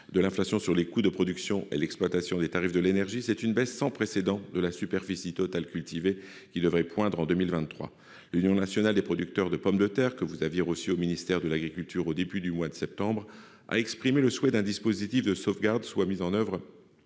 de l'inflation sur les coûts de production et l'exploitation des tarifs de l'énergie, c'est une baisse sans précédent de la superficie totale cultivée qui devrait poindre en 2023, l'Union nationale des producteurs de pommes de terre que vous aviez au ministère de l'Agriculture au début du mois de septembre, a exprimé le souhait d'un dispositif de sauvegarde soit mises en oeuvre,